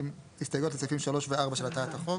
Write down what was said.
הסתייגויות לסעיפים 3 ו-4 של הצעת החוק.